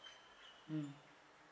mm